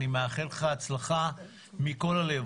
אני מאחל לך הצלחה מכל הלב.